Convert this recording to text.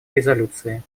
резолюции